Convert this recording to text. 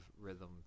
rhythm